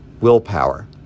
willpower